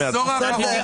בעשור האחרון,